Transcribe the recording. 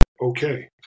Okay